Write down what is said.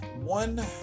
one